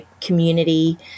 community